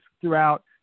throughout